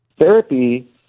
therapy